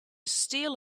steal